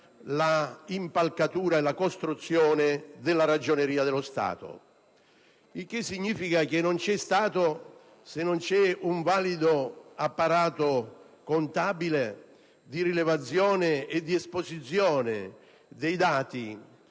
l'impalcatura e la costruzione della Ragioneria dello Stato. Il che significa che non c'è Stato se se non c'è un valido apparato contabile di rilevazione e di esposizione dei dati